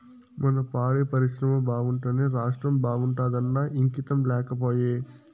మన పాడి పరిశ్రమ బాగుంటేనే రాష్ట్రం బాగుంటాదన్న ఇంగితం లేకపాయే